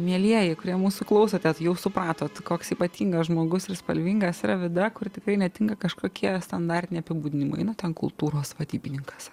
mielieji kurie mūsų klausotės jau supratot koks ypatingas žmogus ir spalvingas yra vida kur tikrai netinka kažkokie standartiniai apibūdinimai nu ten kultūros vadybininkas